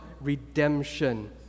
redemption